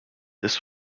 this